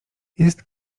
jest